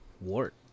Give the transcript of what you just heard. wart